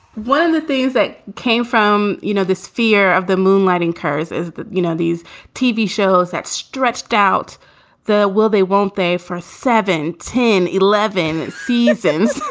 one of the things that came from, you know, this fear of the moonlighting cars is that, you know, these tv shows that stretched out the will, they won't they for seven, ten, eleven seasons,